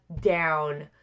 down